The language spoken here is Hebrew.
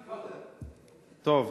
טוב.